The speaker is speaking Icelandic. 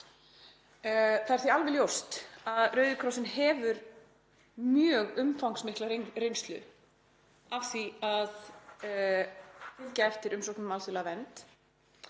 Það er því alveg ljóst að Rauði krossinn hefur mjög umfangsmikla reynslu af því að fylgja eftir umsóknum um alþjóðlega vernd.